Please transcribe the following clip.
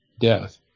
death